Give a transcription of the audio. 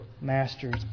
masters